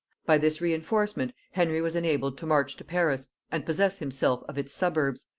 by this reinforcement henry was enabled to march to paris and possess himself of its suburbs,